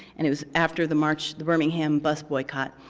and it was after the march, the birmingham bus boycott.